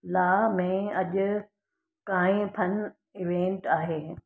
ला में अॼु काई फन इवेंट आहे